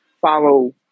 follow